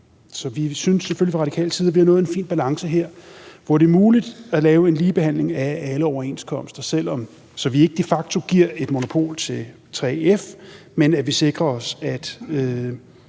vi synes selvfølgelig fra radikal side, at vi har nået en fin balance her, hvor det er muligt at lave en ligebehandling af alle overenskomster, så vi ikke de facto giver et monopol til 3F, men så vi sikrer os, at